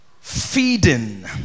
feeding